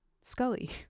Scully